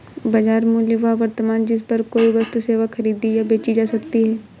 बाजार मूल्य वह वर्तमान जिस पर कोई वस्तु सेवा खरीदी या बेची जा सकती है